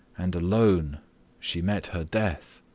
and alone she met her death.